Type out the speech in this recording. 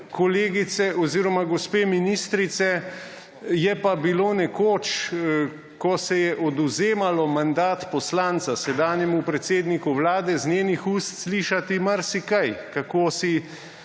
Kar se pa tiče gospe ministrice, je pa bilo nekoč, ko se je odvzemalo mandat poslanca sedanjemu predsedniku Vlade, iz njenih ust slišati marsikaj, kako si